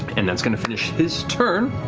and that's going to finish his turn.